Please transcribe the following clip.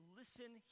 listen